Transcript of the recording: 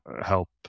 help